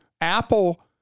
Apple